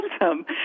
awesome